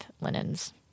linens